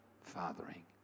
fathering